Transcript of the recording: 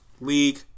league